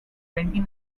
twenty